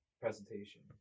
presentation